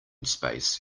space